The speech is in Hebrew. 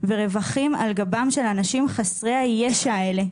ורווחים על גבם של אנשים חסרי הישע האלה.